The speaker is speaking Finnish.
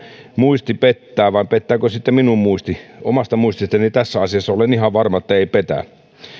muisti pettää vai pettääkö sitten minun muistini omasta muististani tässä asiassa olen ihan varma että ei petä